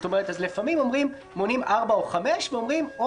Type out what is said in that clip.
לפעמים מונים ארבע או חמש ואומרים: או